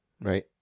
right